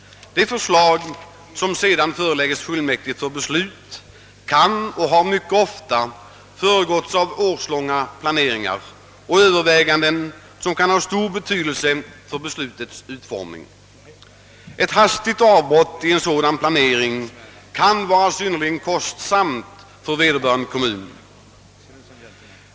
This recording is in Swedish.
De förslag som föreläggs fullmäktige för beslut föregås mycket ofta av årslånga planeringar och överväganden, som kan ha stor betydelse för beslutens utformning. Ett hastigt avbrott i en sådan planering kan bli synnerligen kostsami för vederbörande kommun.